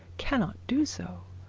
cannot do so,